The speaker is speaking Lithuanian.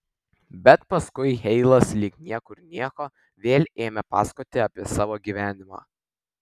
bet paskui heilas lyg niekur nieko vėl ėmė pasakoti apie savo gyvenimą